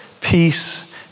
Peace